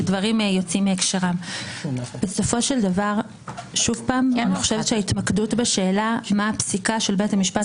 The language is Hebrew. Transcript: אני שואל את נציגת הממשלה.